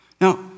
Now